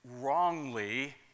wrongly